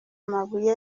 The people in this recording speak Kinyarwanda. amabuye